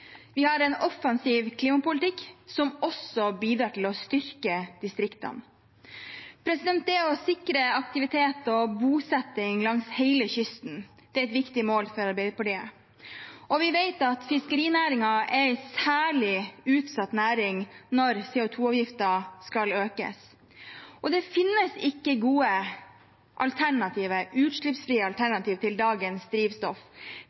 Vi har en offensiv klimapolitikk som også bidrar til å styrke distriktene. Det å sikre aktivitet og bosetting langs hele kysten er et viktig mål for Arbeiderpartiet. Vi vet at fiskerinæringen er en særlig utsatt næring når CO 2 -avgiften skal økes. Det finnes ikke gode utslippsfrie alternativer til dagens drivstoff.